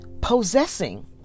possessing